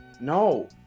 No